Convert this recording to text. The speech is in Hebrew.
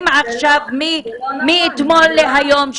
עכשיו מאתמול להיום -- זה לא נכון.